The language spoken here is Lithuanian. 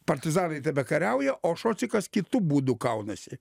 partizanai tebekariauja o šocikas kitu būdu kaunasi